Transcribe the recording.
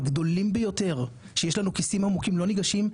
הגדולים ביתור שיש לנו כיסים עמוקים לא ניגשים,